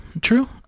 true